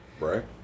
Right